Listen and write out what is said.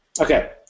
Okay